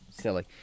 silly